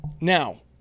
now